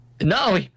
No